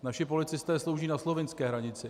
Naši policisté slouží na slovinské hranici.